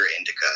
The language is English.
indica